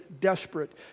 desperate